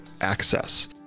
access